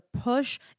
push